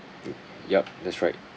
yup that's right